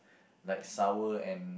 like sour and